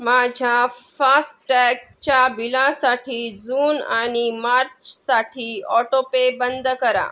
माझ्या फास्टॅगच्या बिलासाठी जून आणि मार्चसाठी ऑटोपे बंद करा